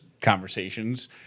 conversations